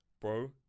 Bro